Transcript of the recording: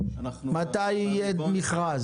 מתי יהיה מכרז?